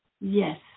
yes